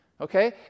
okay